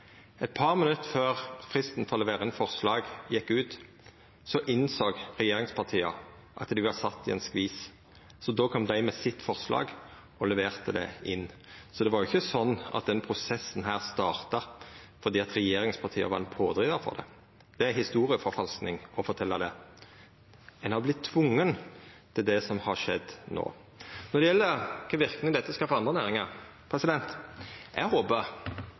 Eit par minutt før fristen for å levera inn forslag gjekk ut, innsåg regjeringspartia at dei var sett i ein skvis, så då kom dei med sitt forslag og leverte det inn. Så det var jo ikkje slik at denne prosessen starta fordi regjeringspartia var ein pådrivar for det. Det er historieforfalsking å fortelja det. Ein har vorte tvinga til det som har skjedd no. Til kva verknader dette skal få for andre næringar: